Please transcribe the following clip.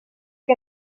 que